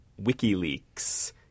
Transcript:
WikiLeaks